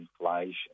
inflation